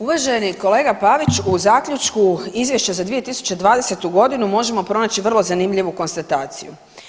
Uvaženi kolega Pavić, u zaključku izvješća za 2020.g. možemo pronaći vrlo zanimljivu konstataciju.